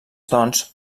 doncs